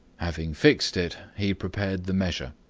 having fixed it, he prepared the measure.